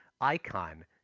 icon